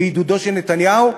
בעידודו של נתניהו,